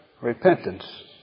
repentance